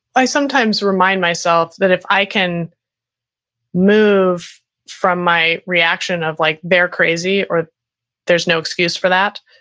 i sometimes remind myself that if i can move from my reaction of like they're crazy or there's no excuse for that,